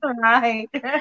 right